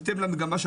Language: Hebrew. בהתאם של המגמה של